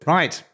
Right